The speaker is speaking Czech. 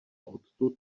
odtud